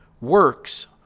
works